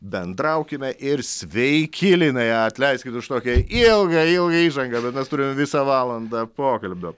bendraukime ir sveiki linai atleiskit už tokią ilgą ilgą įžangą bet mes turime visą valandą pokalbio